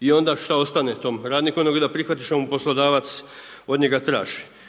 I onda šta ostane tom radniku nego da prihvati što mu poslodavac od njega traži.